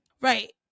Right